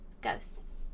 Ghosts